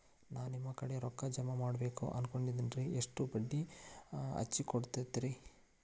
ನಾ ನಿಮ್ಮ ಕಡೆ ರೊಕ್ಕ ಜಮಾ ಮಾಡಬೇಕು ಅನ್ಕೊಂಡೆನ್ರಿ, ಎಷ್ಟು ಬಡ್ಡಿ ಹಚ್ಚಿಕೊಡುತ್ತೇರಿ?